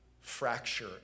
fracture